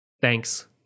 Thanks